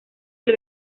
del